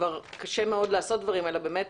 כשכבר קשה מאוד לעשות דברים אלא באמת